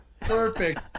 Perfect